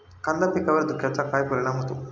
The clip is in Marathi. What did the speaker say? कांदा पिकावर धुक्याचा काय परिणाम होतो?